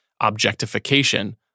objectification